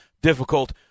Difficult